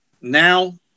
Now